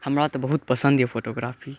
हमरा तऽ बहुत पसन्द यऽ फोटोग्राफी